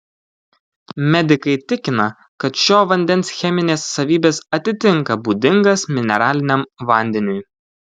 medikai tikina kad šio vandens cheminės savybės atitinka būdingas mineraliniam vandeniui